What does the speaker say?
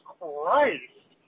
Christ